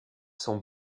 sont